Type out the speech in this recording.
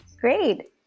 Great